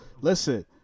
listen